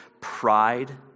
pride